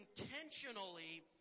intentionally